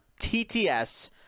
TTS